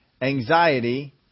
anxiety